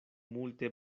multe